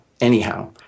anyhow